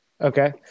Okay